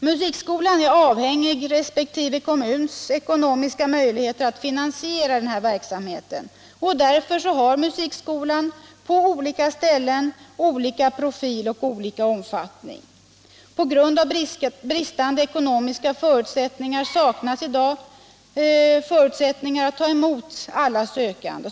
Musikskolan är avhängig av resp. kommuns ekonomiska möjligheter att finansiera denna verksamhet, och därför har musikskolan på olika ställen olika profil och omfattning. På grund av bristande ekonomiska förutsättningar saknas i dag möjligheter att ta emot alla sökande.